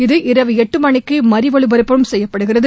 இது இரவு எட்டு மணிக்கு மறு ஒலிபரப்பும் செய்யப்படுகிறது